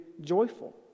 joyful